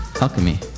alchemy